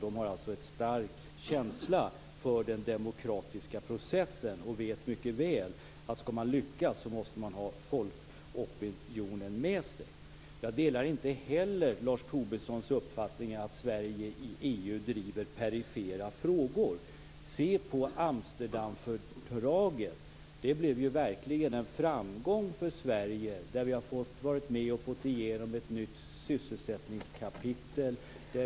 De har alltså en stark känsla för den demokratiska processen och vet mycket väl att skall man lyckas måste man ha folkopinionen med sig. Jag delar inte heller Lars Tobissons uppfattning att Sverige i EU driver perifera frågor. Se på Amsterdamfördraget! Det blev verkligen en framgång för Sverige. Vi har fått vara med och få igenom ett nytt sysselsättningskapitel.